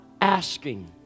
asking